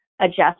adjust